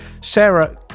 Sarah